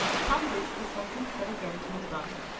upon this the sultan said again to his daughter,